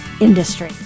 industry